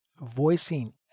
voicing